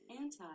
Anti